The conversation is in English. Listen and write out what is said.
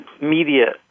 media